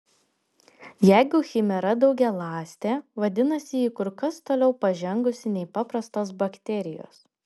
jeigu chimera daugialąstė vadinasi ji kur kas toliau pažengusi nei paprastos bakterijos